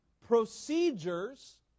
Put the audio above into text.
procedures